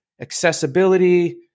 accessibility